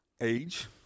Age